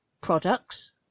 products